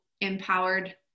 empowered